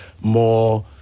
more